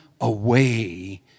away